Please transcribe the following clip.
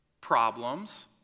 problems